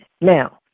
Now